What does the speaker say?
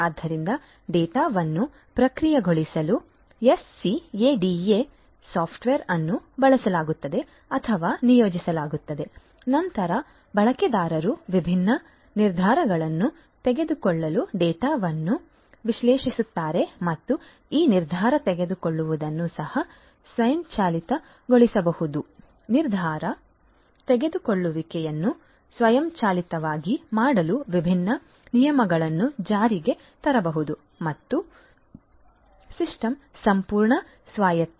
ಆದ್ದರಿಂದ ಡೇಟಾವನ್ನು ಪ್ರಕ್ರಿಯೆಗೊಳಿಸಲು ಎಸ್ಸಿಎಡಿಎ ಸಾಫ್ಟ್ವೇರ್ ಅನ್ನು ಬಳಸಲಾಗುತ್ತದೆ ಅಥವಾ ನಿಯೋಜಿಸಲಾಗುತ್ತದೆ ನಂತರ ಬಳಕೆದಾರರು ವಿಭಿನ್ನ ನಿರ್ಧಾರಗಳನ್ನು ತೆಗೆದುಕೊಳ್ಳಲು ಡೇಟಾವನ್ನು ವಿಶ್ಲೇಷಿಸುತ್ತಾರೆ ಮತ್ತು ಈ ನಿರ್ಧಾರ ತೆಗೆದುಕೊಳ್ಳುವುದನ್ನು ಸಹ ಸ್ವಯಂಚಾಲಿತಗೊಳಿಸಬಹುದು ನಿರ್ಧಾರ ತೆಗೆದುಕೊಳ್ಳುವಿಕೆಯನ್ನು ಸ್ವಯಂಚಾಲಿತವಾಗಿ ಮಾಡಲು ವಿಭಿನ್ನ ನಿಯಮಗಳನ್ನು ಜಾರಿಗೆ ತರಬಹುದು ಮತ್ತು ಸಿಸ್ಟಮ್ ಸಂಪೂರ್ಣ ಸ್ವಾಯತ್ತ